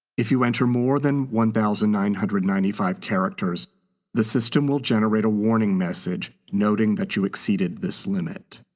if you enter more than one thousand nine hundred and ninety five characters the system will generate a warning message noting that you exceeded this limit.